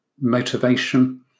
motivation